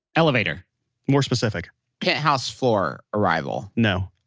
elevator more specific penthouse floor arrival no.